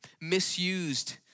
misused